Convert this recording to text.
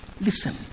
Listen